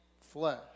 flesh